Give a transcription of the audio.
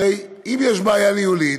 הרי אם יש בעיה ניהולית